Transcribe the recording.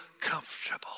comfortable